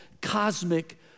cosmic